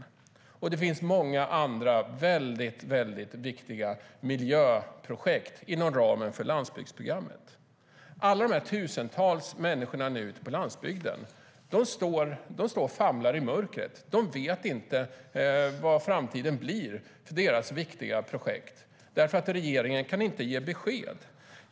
Det finns många andra väldigt viktiga miljöprojekt inom ramen för landsbygdsprogrammet. Alla de här tusentals människorna ute på landsbygden står nu och famlar i mörkret. De vet inte hur framtiden blir för deras viktiga projekt eftersom regeringen inte kan ge besked.